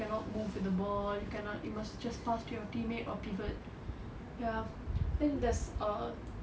you cannot move with the ball you cannot you must just pass to your teammate or pivot ya then there's err